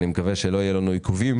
אני מקווה שלא יהיו לנו עיכובים